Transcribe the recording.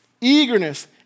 Eagerness